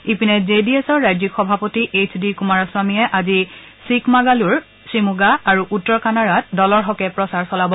ইপিনে J D এছৰ ৰাজ্যিক সভাপতি এইছ ডি কুমাৰাস্বামীয়ে আজি চিকমাগালুৰ ধিমোগা আৰু উত্তৰ কানাড়াত দলৰ হকে প্ৰচাৰ চলাব